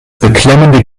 beklemmende